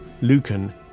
Lucan